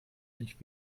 nicht